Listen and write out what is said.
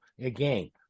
Again